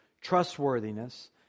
trustworthiness